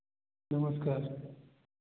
नमस्कार